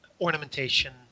ornamentation